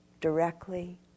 directly